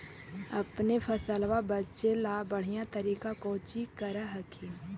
अपने फसलबा बचे ला बढ़िया तरीका कौची कर हखिन?